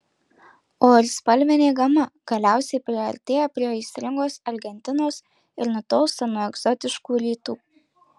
o ir spalvinė gama galiausiai priartėja prie aistringos argentinos ir nutolsta nuo egzotiškų rytų